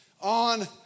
On